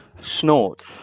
Snort